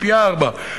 היא פי-ארבעה.